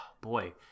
Boy